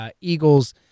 Eagles